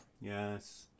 Yes